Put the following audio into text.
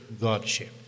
Godship